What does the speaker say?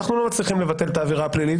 אנחנו לא מצליחים לבטל את האווירה הפלילית,